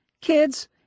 Kids